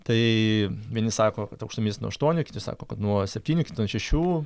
tai vieni sako aukštuminis nuo aštuonių kiti sako kad nuo septynių kiti nuo šešių